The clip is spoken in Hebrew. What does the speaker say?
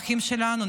האחים שלנו,